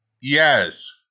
Yes